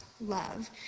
love